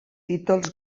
títols